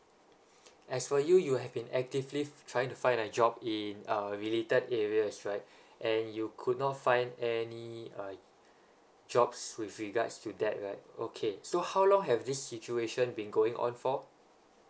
as for you you have been actively trying to find a job is in uh related areas right and you could not find any uh jobs with regards to that right okay so how long have this situation been going on for